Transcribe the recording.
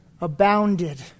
Abounded